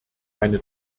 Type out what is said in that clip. meine